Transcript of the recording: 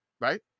right